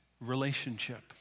relationship